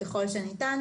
ככל שניתן.